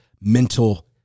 mental